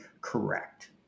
correct